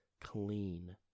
clean